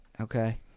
Okay